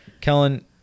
kellen